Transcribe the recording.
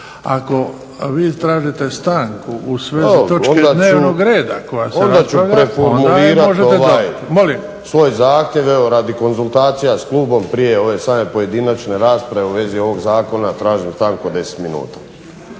dobiti. **Vinković, Zoran (HDSSB)** Dobro, onda ću preformulirati ovaj svoj zahtjev. Evo, radi konzultacija s klubom prije ove same pojedinačne rasprave u vezi ovog zakona tražim stanku od 10 minuta.